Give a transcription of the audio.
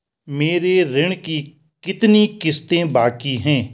मेरे ऋण की कितनी किश्तें बाकी हैं?